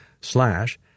slash